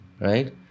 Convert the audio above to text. right